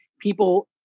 people